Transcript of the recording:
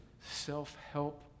self-help